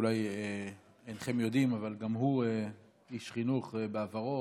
אולי אינכם יודעים, אבל גם הוא איש חינוך בעברו,